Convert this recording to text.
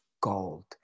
gold